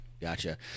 gotcha